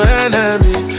enemy